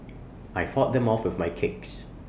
I fought them off with my kicks